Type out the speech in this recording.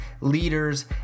leaders